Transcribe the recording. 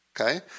Okay